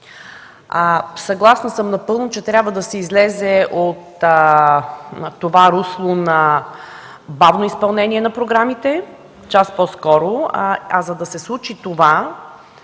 Съгласна съм напълно, че трябва да се излезе от това русло на бавно изпълнение на програмите. За да се случи това